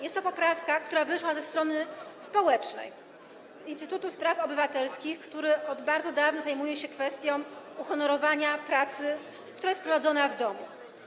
Jest to poprawka, która wyszła ze strony społecznej - Instytutu Spraw Obywatelskich, który od bardzo dawna zajmuje się kwestią uhonorowania pracy, która jest prowadzona w domu.